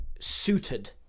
suited